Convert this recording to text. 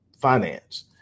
finance